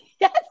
yes